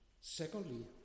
Secondly